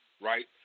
Right